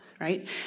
Right